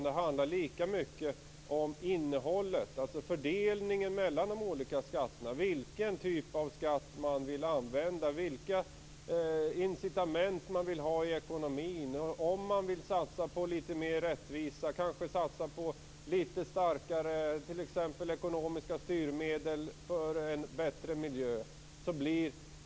Det handlar lika mycket om innehållet, alltså om fördelningen mellan de olika skatterna, vilken typ av skatt man vill använda, vilka incitament man vill ha i ekonomin och om man vill satsa på lite mer rättvisa, kanske på lite starkare ekonomiska styrmedel för en bättre miljö.